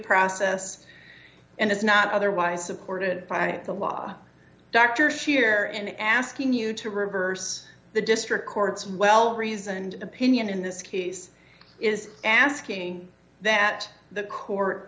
process and is not otherwise supported by the law dr shear in asking you to reverse the district court's well reasoned opinion in this case is asking that the court